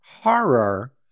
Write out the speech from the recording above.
horror